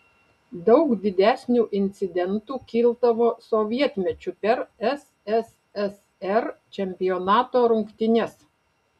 daug didesnių incidentų kildavo sovietmečiu per sssr čempionato rungtynes